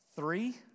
Three